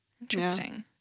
Interesting